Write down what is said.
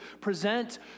present